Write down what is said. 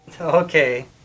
Okay